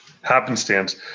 happenstance